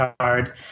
hard